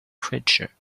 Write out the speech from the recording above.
creature